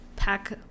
pack